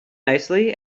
nicely